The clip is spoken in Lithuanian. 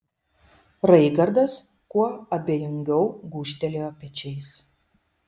raigardas kuo abejingiau gūžtelėjo pečiais